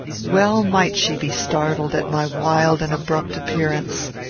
well might she be startled at my wild and abrupt appearance.